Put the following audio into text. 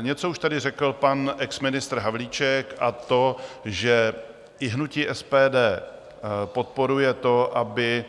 Něco už tady řekl pan exministr Havlíček, a to že i hnutí SPD podporuje to, aby